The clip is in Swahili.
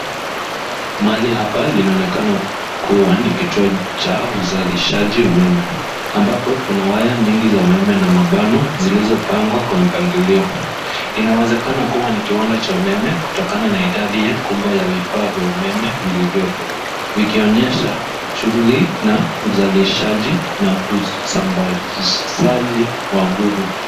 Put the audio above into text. Mahali hapa linaonekana kuwa ni kituo cha uzalishaji umeme ambapo kuna waya nyingi za umeme na mabano zilizopangwa kwa mpangilio. Inawezekana kuwa ni kiwanda cha umeme kutokana na idadi kubwa ya vifaa vya umeme vilivyopo vikionyesha shughuli na uzalishaji na usambazaji wa nguvu.